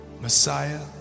Messiah